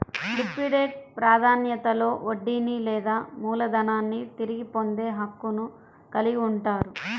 liquidate ప్రాధాన్యతలో వడ్డీని లేదా మూలధనాన్ని తిరిగి పొందే హక్కును కలిగి ఉంటారు